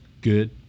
good